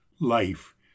life